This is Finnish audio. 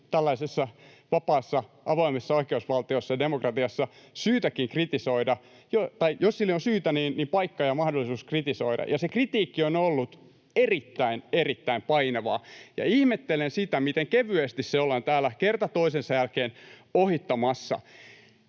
tällaisessa vapaassa, avoimessa oikeusvaltiossa, demokratiassa, paikka ja mahdollisuus kritisoida. Ja se kritiikki on ollut erittäin, erittäin painavaa, ja ihmettelen sitä, miten kevyesti se ollaan täällä kerta toisensa jälkeen ohittamassa,